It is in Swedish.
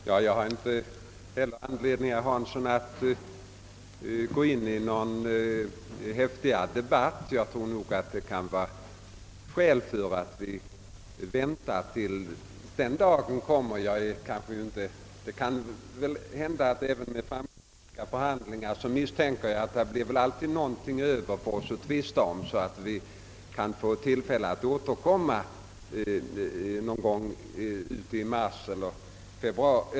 Herr talman! Inte heller jag, herr Hansson i Skegrie, har någon anledning att gå in i en häftigare debatt. även om förhandlingarna blir framgångsrika, så misstänker jag att det blir något över för oss att tvista om, när riksdagen skall behandla denna fråga någon gång i mars eller april.